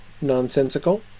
nonsensical